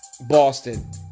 Boston